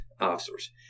officers